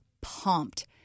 pumped